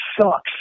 sucks